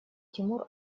тимур